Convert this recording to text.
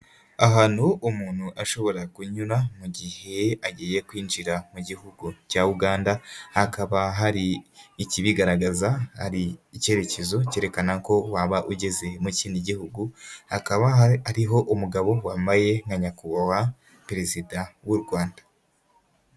Ahantu umuntu ashobora kunyura mu gihe agiye kwinjira mu gihugu cya Uganda, hakaba hari ikibigaragaza hari icyerekezo cyerekana ko waba ugeze mu kindi gihugu, hakaba hariho umugabo wambaye nka nyakubahwa Perezida w'u Rwanda.